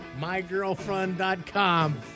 Mygirlfriend.com